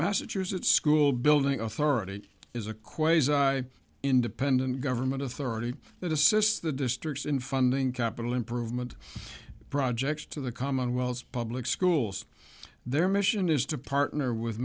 massachusetts school building authority is a quasar independent government authority that assists the districts in funding capital improvement projects to the commonwealth public schools their mission is to partner with